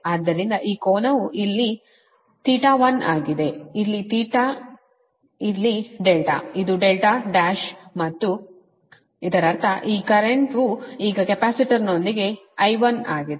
ಆದ್ದರಿಂದ ಈ ಕೋನವು ಇಲ್ಲಿ 1 ಆಗಿದೆ ಇಲ್ಲಿ ಇಲ್ಲಿದೆ δ ಇದು δ1 ಮತ್ತು ಇದರರ್ಥ ಈ ಕರೆಂಟ್ವು ಈಗ ಕೆಪಾಸಿಟರ್ನೊಂದಿಗೆ I1 ಆಗಿದೆ